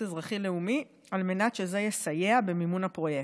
אזרחי-לאומי על מנת שזה יסייע במימון הפרויקט.